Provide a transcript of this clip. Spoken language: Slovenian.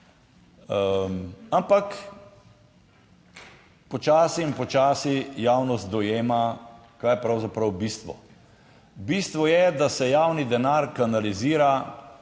ampak počasi in počasi javnost dojema, kaj je pravzaprav bistvo, bistvo je, da se javni denar kanalizira,